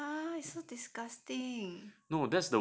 !huh! it's so disgusting